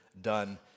done